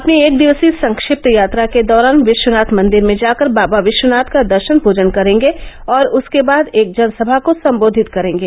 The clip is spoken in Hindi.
अपनी एक दिवसीय संक्षिप्त यात्रा के दौरान विष्वनाथ मंदिर में जाकर बाबा विष्वनाथ का दर्षन पूजन करेंगे और उसके बाद एक जनसभा को सम्बोधित करेंगे